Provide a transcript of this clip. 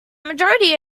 majority